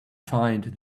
find